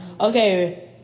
Okay